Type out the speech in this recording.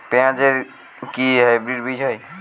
পেঁয়াজ এর কি হাইব্রিড বীজ হয়?